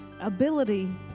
ability